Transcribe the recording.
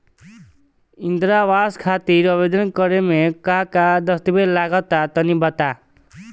इंद्रा आवास खातिर आवेदन करेम का का दास्तावेज लगा तऽ तनि बता?